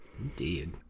Indeed